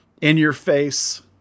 in-your-face